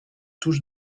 touche